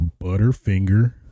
Butterfinger